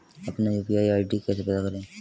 अपना UPI ID कैसे पता करें?